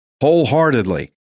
wholeheartedly